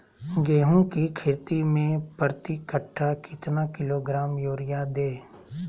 गेंहू की खेती में प्रति कट्ठा कितना किलोग्राम युरिया दे?